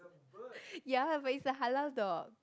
ya but it's a halal dog